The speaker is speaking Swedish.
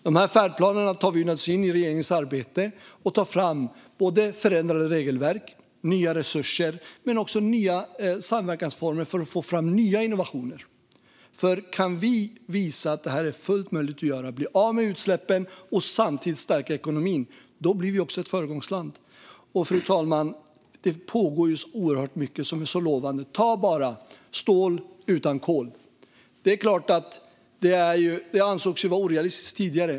Dessa färdplaner tar vi naturligtvis in i regeringens arbete, och vi tar fram förändrade regelverk och nya resurser men också nya samverkansformer för att få fram nya innovationer. Om vi kan visa att detta är fullt möjligt att göra - att bli av med utsläppen och samtidigt stärka ekonomin - blir vi också ett föregångsland. Fru talman! Det pågår så oerhört mycket som är så lovande. Ta bara stål utan kol. Det ansågs tidigare vara orealistiskt.